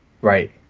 right